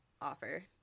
offer